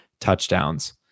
touchdowns